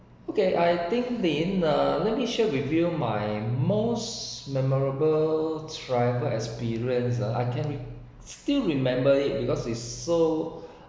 okay I think lin uh let me share with you my most memorable travel experience ah I can still remember it because it's so